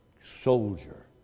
soldier